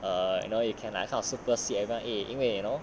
err you know you can like kind of super see everyone eh 因为 you know